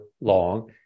long